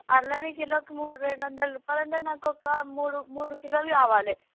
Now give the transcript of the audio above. అల్లనవి కిలోకి మూ రెండు వందలు రూపాయాలు అంటే నాకు ఒక మూడు మూడు కిలోలు కావాలి